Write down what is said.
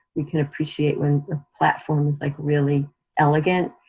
we can appreciate when platforms like really elegant,